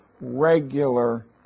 regular